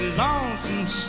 lonesome